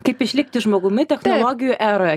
kaip išlikti žmogumi technologijų eroje